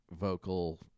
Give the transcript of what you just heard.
vocal